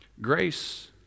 grace